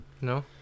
No